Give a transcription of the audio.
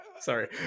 Sorry